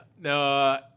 No